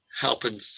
helping